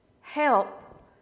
Help